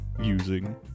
using